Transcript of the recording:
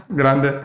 grande